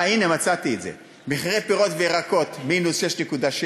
הנה, מצאתי את זה, מחירי פירות וירקות: מינוס 6.6,